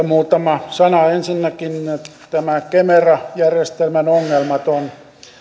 muutama sana ensinnäkin nämä kemera järjestelmän ongelmat on